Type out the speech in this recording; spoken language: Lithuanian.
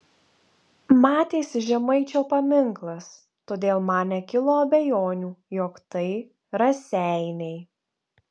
matėsi žemaičio paminklas todėl man nekilo abejonių jog tai raseiniai